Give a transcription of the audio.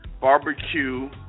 barbecue